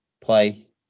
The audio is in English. play